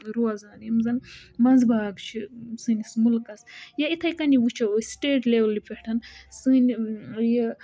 روزان یِم زَن منٛزباگ چِھ سٲنِس مُلکَس یا یِتھٕے کٔنی وُچھُو سِٹِیٹ لیٚولہِ پیٚٹھ سٲنی یہِ